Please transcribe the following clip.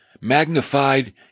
magnified